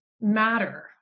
matter